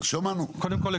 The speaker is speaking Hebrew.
קודם כל,